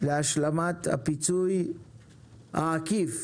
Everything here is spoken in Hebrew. להשלמת הפיצוי העקיף